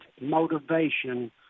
motivation